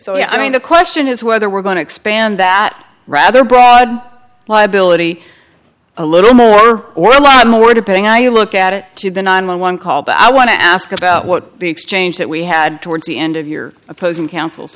so i mean the question is whether we're going to expand that rather broad liability a little more or a lot more depending i you look at it to the nine one one call but i want to ask about what the exchange that we had towards the end of your opposing counsel